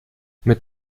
mit